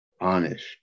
honest